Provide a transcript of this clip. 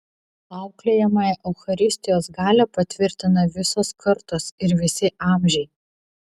auklėjamąją eucharistijos galią patvirtina visos kartos ir visi amžiai